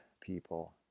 people